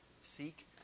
seek